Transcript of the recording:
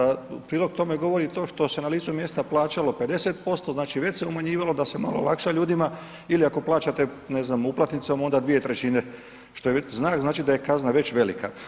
A prilog tome govori to što se na licu mjesta plaćalo 50% znači već se umanjivalo da se malo olakša ljudima ili ako plaćate ne znam uplatnicom onda 2/3 što je znak znači da je kazna već velika.